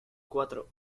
cuatro